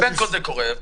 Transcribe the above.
הם מתחכמים.